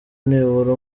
nibura